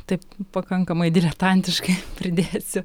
taip pakankamai diletantiškai pridėsiu